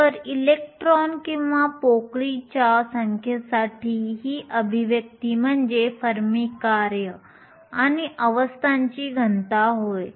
तर इलेक्ट्रॉन किंवा पोकळींच्या संख्येसाठी ही अभिव्यक्ती म्हणजे फर्मी कार्य आणि अवस्थांची घनता होय